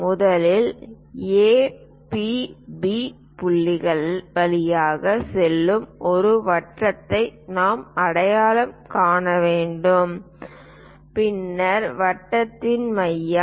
முதலில் A P B புள்ளிகள் வழியாகச் செல்லும் ஒரு வட்டத்தை நாம் அடையாளம் காண வேண்டும் பின்னர் வட்டத்தின் மையம்